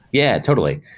yeah, totally.